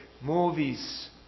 movies